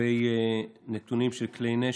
לגבי נתונים של כלי נשק,